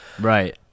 Right